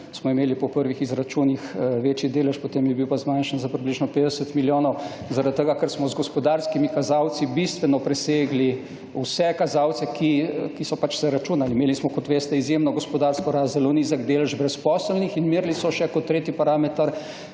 smo imeli po prvih izračunih večji delež, potem je bil pa zmanjšan za približno 50 milijonov, zaradi tega, ker smo z gospodarskimi kazalci bistveno presegli vse kazalce, ki so pač se računali. Imeli smo, kot veste, izjemno gospodarsko rast, zelo nizek delež brezposelnih in merili so še kot tretji parameter,